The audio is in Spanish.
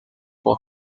por